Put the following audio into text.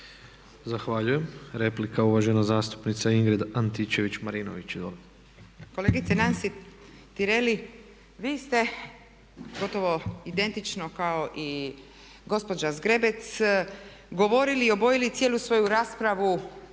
Zahvaljujem. Replika uvažena zastupnica Ingrid Antičević-Marinović. **Antičević Marinović, Ingrid (SDP)** Kolegice Nansi Tireli, vi ste gotovo identično kao i gospođa Zgrebec, govorili i obojili cijelu svoju raspravu